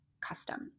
custom